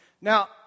Now